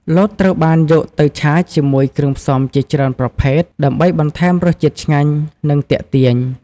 លតត្រូវបានយកទៅឆាជាមួយគ្រឿងផ្សំជាច្រើនប្រភេទ ដើម្បីបន្ថែមរសជាតិឆ្ងាញ់ និងទាក់ទាញ។